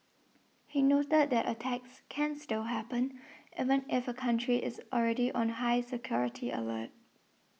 he noted that attacks can still happen even if a country is already on high security alert